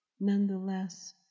Nonetheless